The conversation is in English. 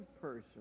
person